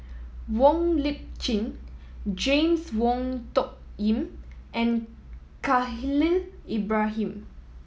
Wong Lip Chin James Wong Tuck Yim and Khalil Ibrahim